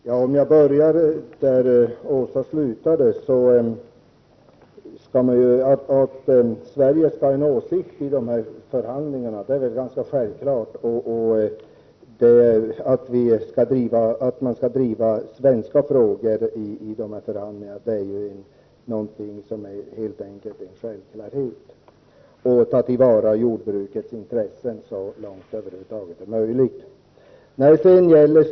Fru talman! Jag börjar där Åsa Domeij slutade. Att Sverige skall ha en åsikt i förhandlingarna är ganska självklart, och att vi skall driva svenska frågor i dem och ta till vara jordbrukens intressen så långt det över huvud taget är möjligt är också en självklarhet.